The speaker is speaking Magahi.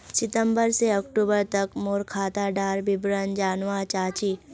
सितंबर से अक्टूबर तक मोर खाता डार विवरण जानवा चाहची?